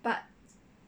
but